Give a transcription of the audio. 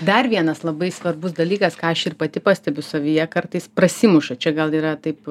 dar vienas labai svarbus dalykas ką aš ir pati pastebiu savyje kartais prasimuša čia gal yra taip